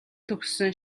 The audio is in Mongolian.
төгссөн